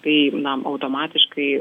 tai automatiškai